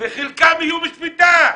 וחלקם יהיו בשפיטה.